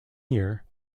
year